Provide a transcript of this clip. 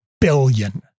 Billion